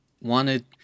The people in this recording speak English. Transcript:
wanted